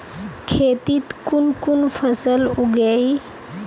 खेतीत कुन कुन फसल उगेई?